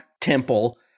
temple